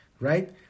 right